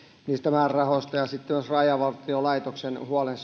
niistä määrärahoista ja sitten myös rajavartio laitoksen huolen